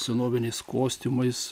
senoviniais kostiumais